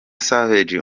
savage